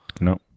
No